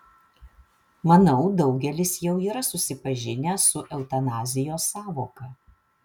manau daugelis jau yra susipažinę su eutanazijos sąvoka